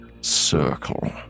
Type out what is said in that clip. Circle